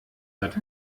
hat